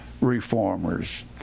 reformers